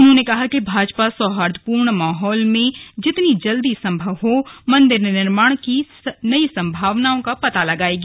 उन्होंने कहा कि भाजपा सौहार्दपूर्ण माहौल में जितनी जल्दी संभव हो मंदिर निर्माण की नई संभावनाओं का पता लगाएगी